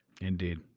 Indeed